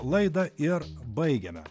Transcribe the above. laidą ir baigiame